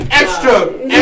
extra